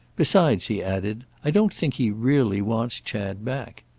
besides, he added, i don't think he really wants chad back.